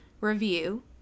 review